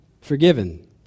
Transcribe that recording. forgiven